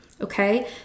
okay